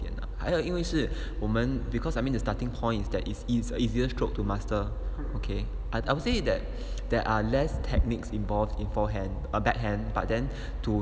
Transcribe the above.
还有因为是我们 because I mean the starting point is that it's it's easier stroke to master okay I I would say that there are less techniques involved in forehand um backhand but then to